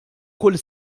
kull